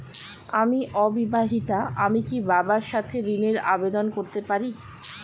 আমি অবিবাহিতা আমি কি বাবার সাথে ঋণের আবেদন করতে পারি?